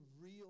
real